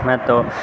मैं तो